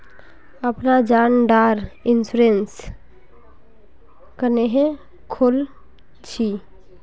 अपना जान डार इंश्योरेंस क्नेहे खोल छी?